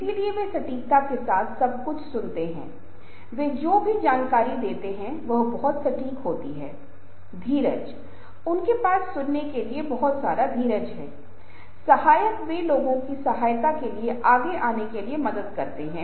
इसलिए यह हमेशा रहेगा इसलिए यह बहुत महत्वपूर्ण है कि यह बहुत प्रभावी हो सकता है संचार समूह के निर्माण या कार्य में बहुत महत्वपूर्ण है लेकिन सबसे महत्वपूर्ण यह है कि जब हम समूह बनाते हैं